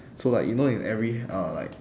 so like you know in every uh like